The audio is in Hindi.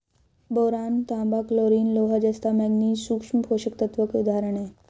बोरान, तांबा, क्लोरीन, लोहा, जस्ता, मैंगनीज सूक्ष्म पोषक तत्वों के उदाहरण हैं